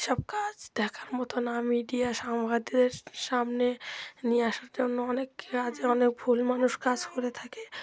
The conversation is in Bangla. সব কাজ দেখার মতো না মিডিয়া সাংবাদিকদের সামনে নিয়ে আসার জন্য অনেক কাজে অনেক ভুল মানুষ কাজ করে থাকে